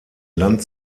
land